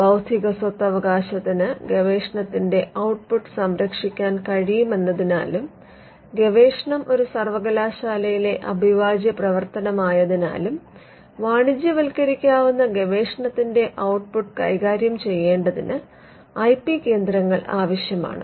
ബൌദ്ധിക സ്വത്തവകാശത്തിന് ഗവേഷണത്തിന്റെ ഔട്ട് പുട്ട് സംരക്ഷിക്കാൻ കഴിയുമെന്നതിനാലും ഗവേഷണം ഒരു സർവകലാശാലയിലെ അവിഭാജ്യ പ്രവർത്തനമായതിനാലും വാണിജ്യവത്കരിക്കാവുന്ന ഗവേഷണത്തിന്റെ ഔട്ട് പുട്ട് കൈകാര്യം ചെയ്യേണ്ടതിന് ഐ പി കേന്ദ്രങ്ങൾ ആവശ്യമാണ്